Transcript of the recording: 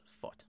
foot